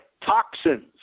toxins